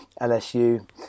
LSU